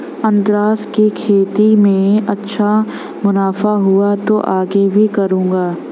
अनन्नास की खेती में अच्छा मुनाफा हुआ तो आगे भी करूंगा